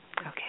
Okay